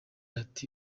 ati